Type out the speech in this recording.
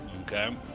Okay